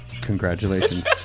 Congratulations